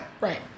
Right